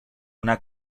una